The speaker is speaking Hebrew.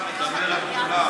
איפה כתוב "שחורים"?